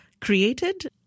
created